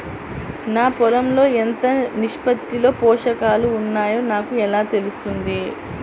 నా పొలం లో ఎంత నిష్పత్తిలో పోషకాలు వున్నాయో నాకు ఎలా తెలుస్తుంది?